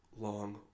long